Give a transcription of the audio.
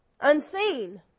Unseen